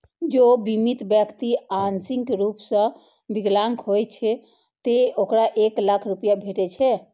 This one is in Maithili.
जौं बीमित व्यक्ति आंशिक रूप सं विकलांग होइ छै, ते ओकरा एक लाख रुपैया भेटै छै